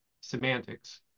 semantics